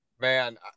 Man